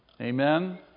Amen